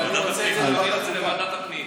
אני רוצה את זה לוועדת חוקה.